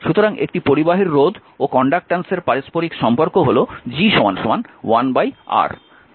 সুতরাং একটি পরিবাহীর রোধ ও কন্ডাক্ট্যান্সের পারস্পরিক সম্পর্ক G 1 R হিসাবে সংজ্ঞায়িত